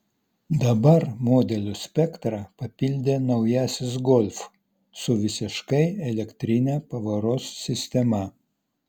dabar modelių spektrą papildė naujasis golf su visiškai elektrine pavaros sistema